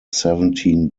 seventeen